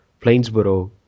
Plainsboro